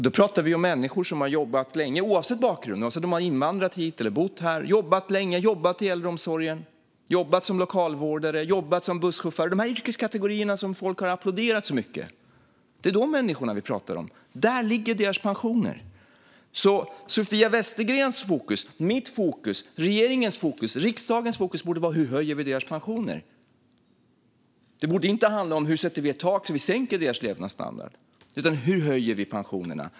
Då talar vi om människor som har jobbat länge. Det gäller oavsett bakgrund, om man har invandrat eller bor här eller har jobbat länge, kanske i äldreomsorgen, som lokalvårdare eller busschaufför. Det är dessa yrkeskategorier som folk har applåderat så mycket som vi talar om. Där ligger deras pensioner. Fokus för Sofia Westergren, mig, regeringen och riksdagen borde vara hur vi höjer deras pensioner. Det borde inte handla om hur vi sätter ett tak så att vi sänker deras levnadsstandard. Hur höjer vi pensionerna?